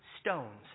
stones